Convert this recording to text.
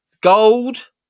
Gold